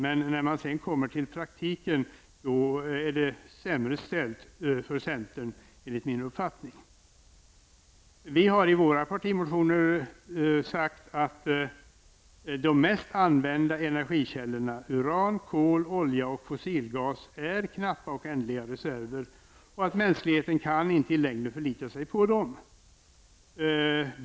Men när man sedan kommer till praktiken är det sämre ställt för centern, enligt min uppfattning. Vi har i våra partimotioner sagt att de mest använda energikällorna uran, kol, olja och fossilgas är knappa och ändliga reserver och att mänskligheten inte i längden kan förlita sig på dem.